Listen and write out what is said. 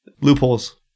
Loopholes